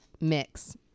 mix